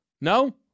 No